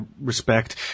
respect